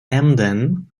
emden